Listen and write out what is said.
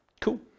Cool